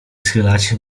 schylać